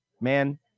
man